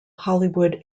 hollywood